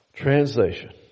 Translation